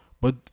but-